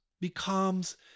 becomes